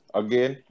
again